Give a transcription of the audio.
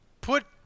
put